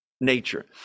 nature